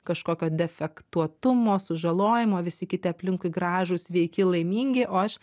kažkokio defektuotumo sužalojimo visi kiti aplinkui gražūs sveiki laimingi o aš